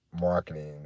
marketing